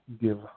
give